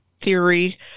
theory